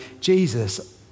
Jesus